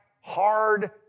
hard